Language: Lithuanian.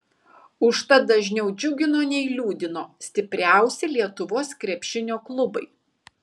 užtat dažniau džiugino nei liūdino stipriausi lietuvos krepšinio klubai